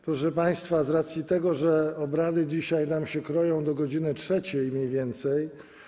Proszę państwa, z racji tego, że obrady dzisiaj nam się kroją do godz. 3 mniej więcej.